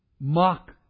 Mock